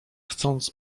chcąc